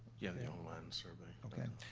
yeah, the on-line survey. okay,